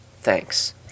Thanks